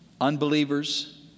unbelievers